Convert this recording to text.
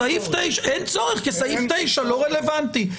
אין צורך כי סעיף 9 לא רלוונטי.